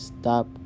Stop